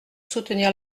soutenir